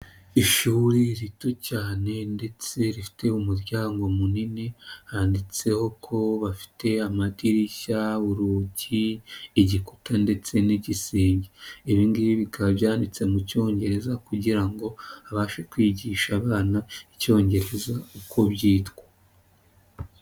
Ishuri rito cyane ndetse rifite umuryango munini, handitseho ko bafite amadirishya, urugi, igikuta ndetse n'igisenge, ibi ngibi bikaba byanditse mu cyongereza kugira ngo babashe kwigisha abana Icyongereza uko byitwa.